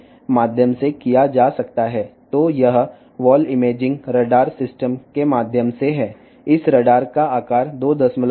కాబట్టి ఇది wall imaging radar వ్యవస్థ ఈ రాడార్ యొక్క పరిమాణం దానిలో 2